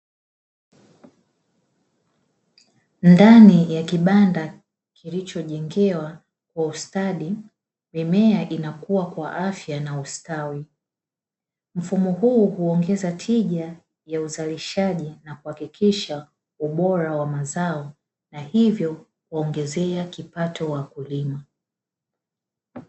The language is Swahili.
Ndani ya kibanda kilichojengewa kwa ustadi mimea inakua kwa afya na ustawi, mfumo huu huongeza tija ya uzalishaji na kuhakikisha ubora wa mazao, na hivyo kuongezea kipato wakulima.